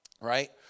Right